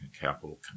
capital